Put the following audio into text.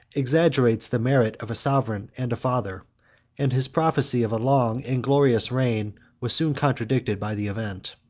exaggerates the merit of a sovereign and a father and his prophecy of a long and glorious reign was soon contradicted by the event.